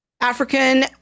African